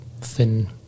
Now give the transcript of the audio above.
thin